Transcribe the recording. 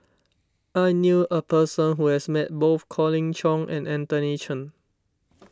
I knew a person who has met both Colin Cheong and Anthony Chen